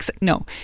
no